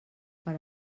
per